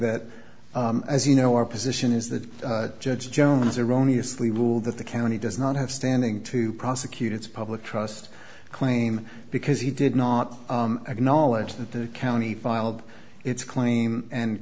that as you know our position is that judge jones erroneous lee ruled that the county does not have standing to prosecute its public trust claim because he did not acknowledge that the county filed its claim and